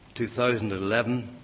2011